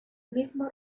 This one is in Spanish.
mismo